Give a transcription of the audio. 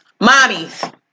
Mommies